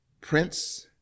Prince